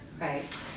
Right